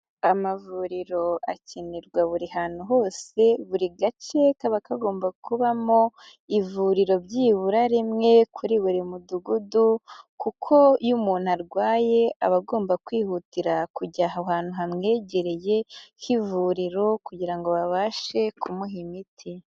Amavuriro akenerwa buri hantu hose buri gace kaba kagomba kubamo ivuriro byibura rimwe kuri buri Mudugudu kuko iyo umuntu arwaye aba agomba kwihutira kujya aho ahantu hamwegereye h'ivuriro kugira ngo babashe kumuha imiti.